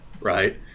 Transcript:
right